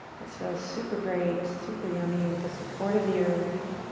this feels super great, super yummy, with the support of the earth.